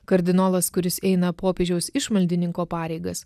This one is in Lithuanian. kardinolas kuris eina popiežiaus išmaldininko pareigas